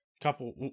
couple